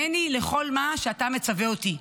הינני לכל מה שאתה מצווה אותי,